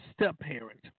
step-parent